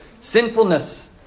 sinfulness